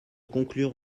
conclure